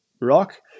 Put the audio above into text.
rock